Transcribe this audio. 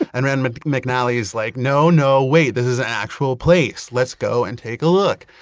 and rand mcnally's like, no, no, wait, this is an actual place. let's go and take a look.